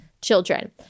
children